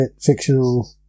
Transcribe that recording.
fictional